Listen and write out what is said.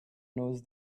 knows